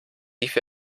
lief